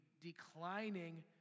declining